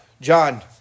John